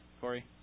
Corey